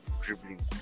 dribbling